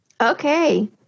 Okay